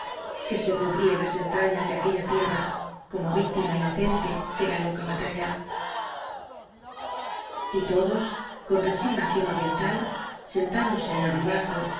que se pudría en las entra ñas de aquella tierra como víctima inocente de la loca batalla todos con resignación oriental sentá ronse en el ribazo